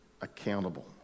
accountable